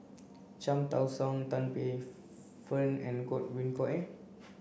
Cham Tao Soon Tan Paey Fern and Godwin Koay